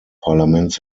parlaments